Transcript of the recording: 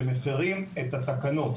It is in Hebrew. שמפרים את התקנות.